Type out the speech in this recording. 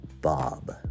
bob